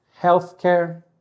healthcare